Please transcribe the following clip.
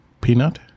peanut